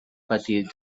patir